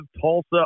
Tulsa